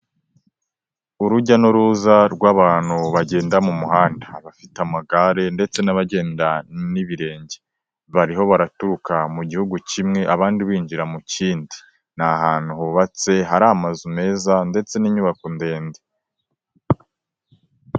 Urujya n'uruza rw'abantu bagenda mu muhanda afite amagare ndetse n'abagenda n'ibirenge, bariho baraturuka mu gihugu kimwe, abandi binjira mu kindi, ni ahantu hubatse hari amazu meza ndetse n'inyubako ndende.